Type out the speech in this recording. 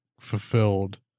fulfilled